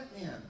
man